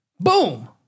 Boom